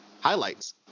highlights